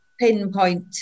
pinpoint